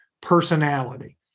personality